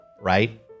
right